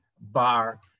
bar